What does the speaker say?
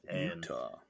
Utah